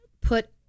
put